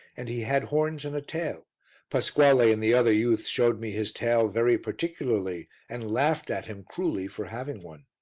and he had horns and a tail pasquale and the other youths showed me his tail very particularly and laughed at him cruelly for having one.